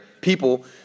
people